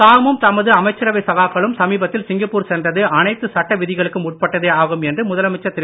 தாமும் தமது அமைச்சரவை சகாக்களும் சமீபத்தில் சிங்கப்பூர் சென்றது அனைத்து சட்ட விதிகளுக்கும் உட்பட்டதே ஆகும் என்று முதலமைச்சர் திரு